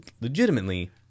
legitimately